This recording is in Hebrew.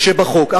שבחוק.